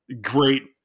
great